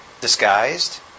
disguised